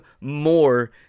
more